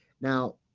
now